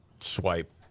swipe